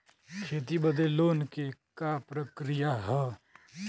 खेती बदे लोन के का प्रक्रिया ह?